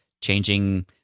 changing